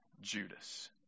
Judas